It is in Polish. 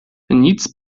nic